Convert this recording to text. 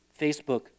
Facebook